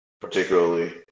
particularly